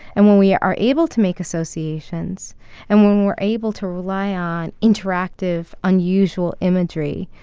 and when we are able to make associations and when we're able to rely on interactive, unusual imagery,